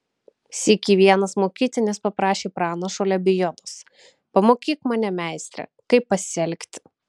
sykį vienas mokytinis paprašė pranašo lebiodos pamokyk mane meistre kaip pasielgti